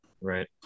right